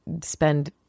spend